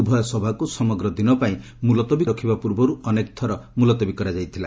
ଉଭୟ ସଭାକୁ ସମଗ୍ର ଦିନ ପାଇଁ ମୁଲତବୀ ରଖିବା ପୂର୍ବରୁ ଅନେକ ଥର ମୁଲତବୀ କରାଯାଇଥିଲା